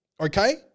Okay